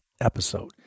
episode